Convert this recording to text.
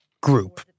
group